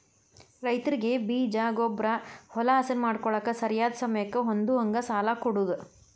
ರೈತರಿಗೆ ಬೇಜ, ಗೊಬ್ಬ್ರಾ, ಹೊಲಾ ಹಸನ ಮಾಡ್ಕೋಳಾಕ ಸರಿಯಾದ ಸಮಯಕ್ಕ ಹೊಂದುಹಂಗ ಸಾಲಾ ಕೊಡುದ